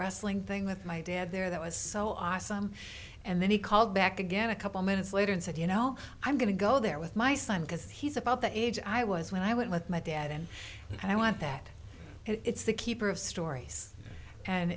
wrestling thing with my dad there that was so awesome and then he called back again a couple minutes later and said you know i'm going to go there with my son because he's about the age i was when i went with my dad and i want that it's the keeper of stories and